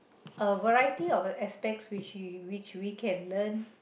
a varieties of aspects which we which we can learn